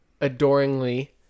adoringly